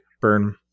burn